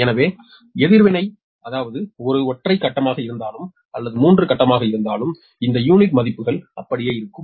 எனவே எதிர்வினை எதிர்வினை அதாவது ஒரு ஒற்றை கட்டமாக இருந்தாலும் அல்லது 3 கட்டமாக இருந்தாலும் இந்த யூனிட் மதிப்புகள் அப்படியே இருக்கும்